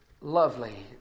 lovely